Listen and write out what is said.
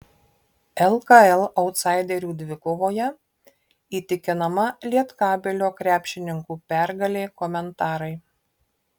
lkl autsaiderių dvikovoje įtikinama lietkabelio krepšininkų pergalė komentarai